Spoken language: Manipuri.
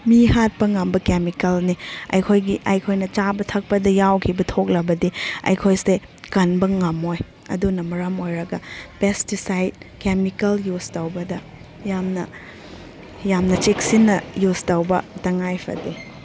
ꯃꯤ ꯍꯥꯠꯄ ꯉꯝꯕ ꯀꯦꯃꯤꯀꯦꯜꯅꯤ ꯑꯩꯈꯣꯏꯒꯤ ꯑꯩꯈꯣꯏꯅ ꯆꯥꯕ ꯊꯛꯄꯗ ꯌꯥꯎꯈꯤꯕ ꯊꯣꯛꯂꯕꯗꯤ ꯑꯩꯈꯣꯏꯁꯦ ꯀꯟꯕ ꯉꯝꯃꯣꯏ ꯑꯗꯨꯅ ꯃꯔꯝ ꯑꯣꯏꯔꯒ ꯄꯦꯁꯇꯤꯁꯥꯏꯠ ꯀꯦꯃꯤꯀꯦꯜ ꯌꯨꯁ ꯇꯧꯕꯗ ꯌꯥꯝꯅ ꯌꯥꯝꯅ ꯆꯦꯛꯁꯤꯟꯅ ꯌꯨꯁ ꯇꯧꯕ ꯇꯉꯥꯏ ꯐꯗꯦ